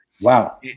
Wow